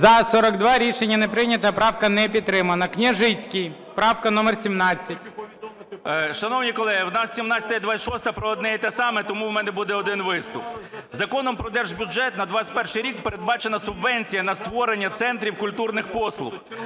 За-42 Рішення не прийнято. Правка не підтримана. Княжицький, права номер 17. 18:31:36 КНЯЖИЦЬКИЙ М.Л. Шановні колеги, у нас 17-а і 26-а про одне і те саме, тому в мене буде один виступ. Законом про Держбюджет на 2021 рік передбачена субвенція на створення центрів культурних послуг.